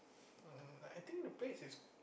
um I think the place is